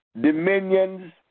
dominions